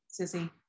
Sissy